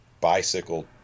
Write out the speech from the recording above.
bicycle